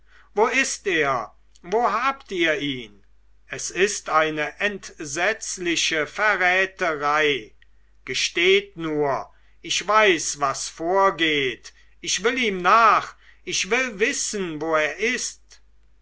wo ist er wo habt ihr ihn es ist eine entsetzliche verräterei gesteht nur ich weiß was vorgeht ich will ihm nach ich will wissen wo er ist